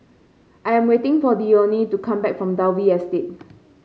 I am waiting for Dione to come back from Dalvey Estate